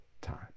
time